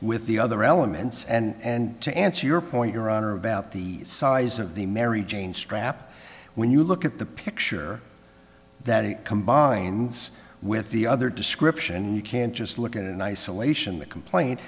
with the other elements and to answer your point your honor about the size of the mary jane strap when you look at the picture that it combines with the other description you can't just look at it in isolation the complaint